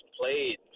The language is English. played